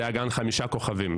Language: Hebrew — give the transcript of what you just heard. שהיה גן חמישה כוכבים,